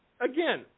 again